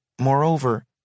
Moreover